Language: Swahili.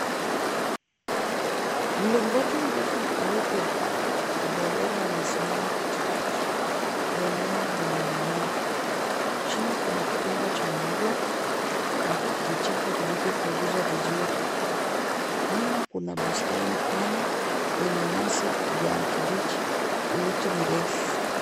Mlingoti mrefu mweupe wa pendera umesimama katikati ya eneo lenye mimea, chini Kuna kitanda cha mauwa na kijaga kilichopunguswa vizuri nyuma kuna pustani bana yenye nyasi kijani kipiji na miti mirefu